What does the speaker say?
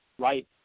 Right